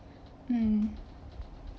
um